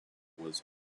was